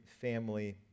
family